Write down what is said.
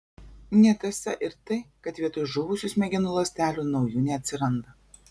netiesa ir tai kad vietoj žuvusių smegenų ląstelių naujų neatsiranda